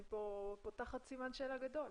אני כאן פותחת סימן שאלה גדול.